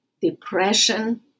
depression